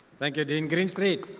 thank you dean greenstreet.